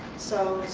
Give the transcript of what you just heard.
so,